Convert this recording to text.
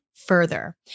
further